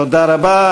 תודה רבה.